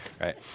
right